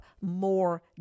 more